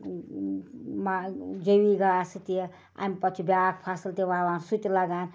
جیٚوی گاسہٕ تہِ اَمہِ پتہٕ چھِ بیٛاکھ فَصٕل تہِ وَوان سُہ تہِ لَگان